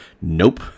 nope